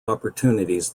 opportunities